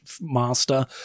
master